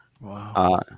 Wow